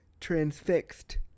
transfixed